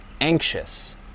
anxious